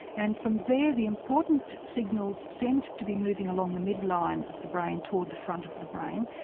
and from there the important signals seemed to be moving along the mid-line of the brain toward the front of the brain.